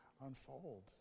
unfold